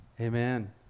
Amen